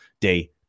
day